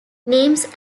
names